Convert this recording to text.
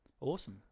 Awesome